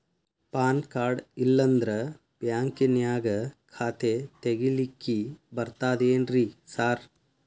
PAN card ಇಲ್ಲಂದ್ರ ಬ್ಯಾಂಕಿನ್ಯಾಗ ಖಾತೆ ತೆಗೆಲಿಕ್ಕಿ ಬರ್ತಾದೇನ್ರಿ ಸಾರ್?